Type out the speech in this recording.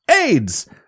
Aids